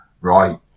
Right